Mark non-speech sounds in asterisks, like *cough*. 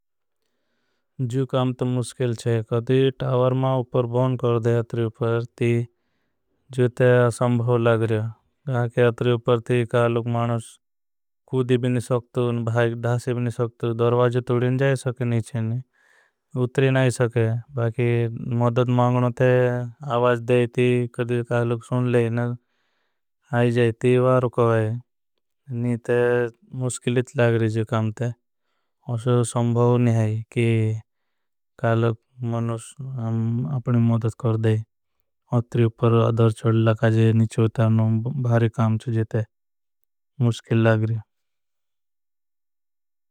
जो काम तो मुश्किल छे कदी टावर मां उपर बोन कर दे। अतरी उपर ती जो ते असंभव लाग रहा अतरी उपर ती। कालोग मानोस कूदी भी नहीं सकती भाइक ढासे भी नहीं। सकती दर्वाज तोड़िन जाए सके नीचे नहीं ऊतरी नहीं सके। बाकि मदद माँगनों ते आवाज दे थी कदी कालोग सुन ले न। आय जाए ती वारु को है *hesitation* तो मुश्किल। लागे जे काम ते संभव नहीं है *hesitation* कि मनुष्य। अपनी मदद कर दे नीचे उतरनों भारी काम छे मुश्किल लाग र।